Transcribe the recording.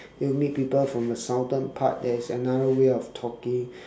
you meet people from the southern part there is another way of talking